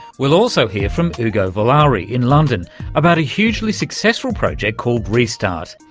we'll also hear from ugo vallauri in london about a hugely successful project called restart,